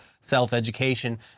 self-education